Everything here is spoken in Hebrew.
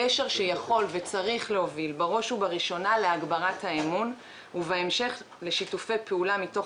גשר שיכול להוביל להגברת האמון ובהמשך לשיתופי פעולה מתוך